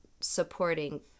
supporting